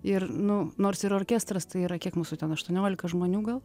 ir nu nors ir orkestras tai yra kiek mūsų ten aštuoniolika žmonių gal